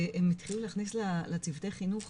הם התחילו להכניס לצוותי חינוך